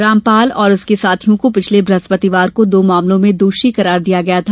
रामपाल और उसके साथियों को पिछले बृहस्पतिवार को दो मामलों में दोषी करार दिया गया था